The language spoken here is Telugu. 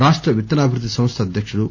రాష్ట విత్తనాభివృద్ది సంస్ద అధ్యక్షుడు కె